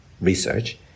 research